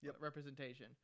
representation